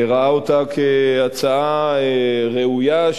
ראה אותה כהצעה ראויה,